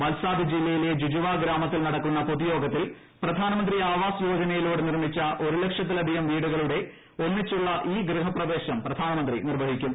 വൽസാദ് ജില്ലയിലെ ജുജുവ ഗ്രാമത്തിൽ നടക്കുന്ന പൊതുയോഗത്തിൽ പ്രധാനമന്ത്രി ആവാസ് യോജനയിലൂടെ നിർമ്മിച്ച ഒരു ലക്ഷത്തിലധികം വീടുകളുടെ ഒന്നിച്ചുള്ള ഇ ഗൃഹപ്രവേശം പ്രധാനമന്ത്രി നിർവ്വഹിക്കും